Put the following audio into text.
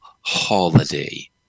holiday